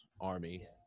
Army